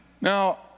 Now